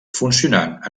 funcionant